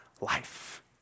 life